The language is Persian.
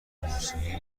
موسیقی